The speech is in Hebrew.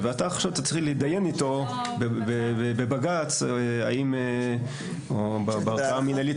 ואתה עכשיו צריך להתדיין איתו בבג"ץ או בערכאה המנהלית